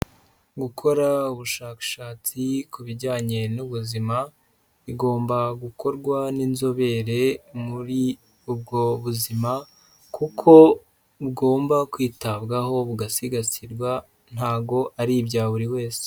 Gukora ubushakashatsi ku bijyanye n'ubuzima bigomba gukorwa n'inzobere muri ubwo buzima kuko bugomba kwitabwaho bugasigasirwa ntabwo ari ibya buri wese.